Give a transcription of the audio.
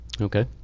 Okay